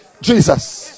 Jesus